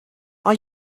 are